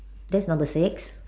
that's number six